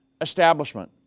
establishment